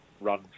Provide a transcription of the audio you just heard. run